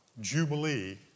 Jubilee